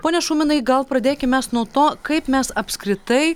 pone šuminai gal pradėkim mes nuo to kaip mes apskritai